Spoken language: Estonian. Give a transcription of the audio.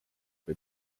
võib